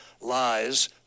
lies